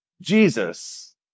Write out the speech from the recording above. Jesus